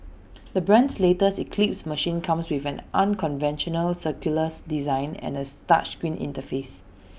the brand's latest eclipse machine comes with an unconventional circular design and A screen interface